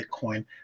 Bitcoin